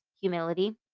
humility